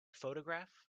photograph